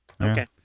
Okay